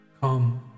Come